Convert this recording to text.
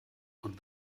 und